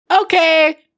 Okay